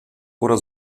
oder